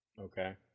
Okay